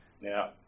Now